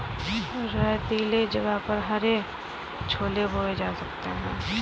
रेतीले जगह पर हरे छोले बोए जा सकते हैं